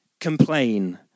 complain